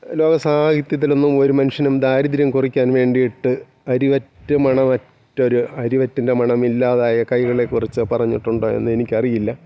ലോക സാഹിത്യത്തിലൊന്നും ഒരു മനുഷ്യനും ദാരിദ്ര്യം കുറിക്കാൻ വേണ്ടിയിട്ട് അരി വറ്റ് മണമറ്റൊരു അരി വറ്റിൻ്റെ മണമില്ലാതായ കൈകളെ കുറിച്ച് പറഞ്ഞിട്ടുണ്ടോ എന്ന് എനിക്ക് അറിയില്ല